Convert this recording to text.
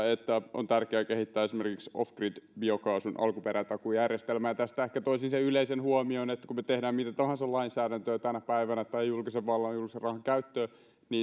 on tärkeää kehittää esimerkiksi off grid biokaasun alkuperätakuujärjestelmää tästä ehkä toisin sen yleisen huomion että kun me teemme mitä tahansa lainsäädäntöä tänä päivänä tai julkisen vallan ja julkisen rahan käyttöä niin